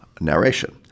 narration